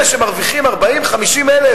אלה שמרוויחים 40,000 50,000,